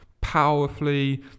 powerfully